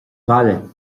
bhaile